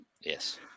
Yes